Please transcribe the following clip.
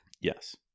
Yes